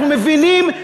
אנחנו מבינים,